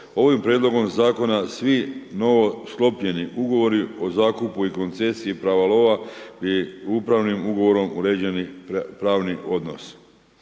ovim prijedlogom zakona svi novosklopljeni ugovori o zakupu i koncesiji prava lova i upravnim ugovorom, uređeni pravni odnos.